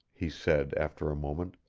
he said after a moment.